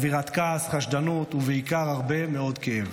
אווירת כעס, חשדנות ובעיקר הרבה מאוד כאב.